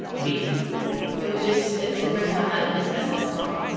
v it was just it's the first time that it's been this small.